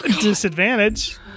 Disadvantage